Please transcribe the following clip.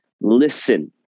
listen